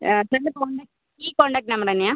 സാറിൻ്റെ കോൺടാക്ട് ഈ contact number തന്നെയാണോ